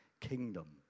kingdom